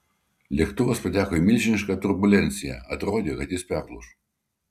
lėktuvas pateko į milžinišką turbulenciją atrodė kad jis perlūš